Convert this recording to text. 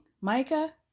Micah